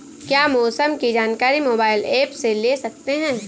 क्या मौसम की जानकारी मोबाइल ऐप से ले सकते हैं?